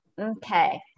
Okay